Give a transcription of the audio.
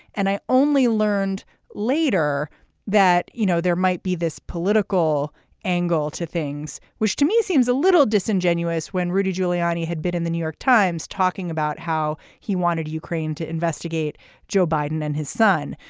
and i only learned later that you know there might be this political angle to things which to me seems a little disingenuous when rudy giuliani had been in the new york times talking about how he wanted ukraine to investigate joe biden and his son.